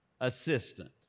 assistant